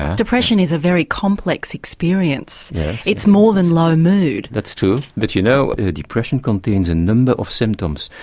depression is a very complex experience it's more than low mood. that's true, but you know depression contains a number of symptoms.